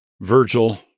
Virgil